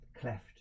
cleft